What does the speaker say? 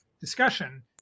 discussion